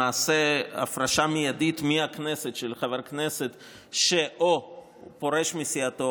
הפרשה מיידית מהכנסת של חבר כנסת שפורש מסיעתו